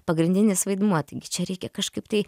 pagrindinis vaidmuo taigi čia reikia kažkaip tai